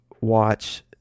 watch